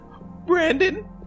Brandon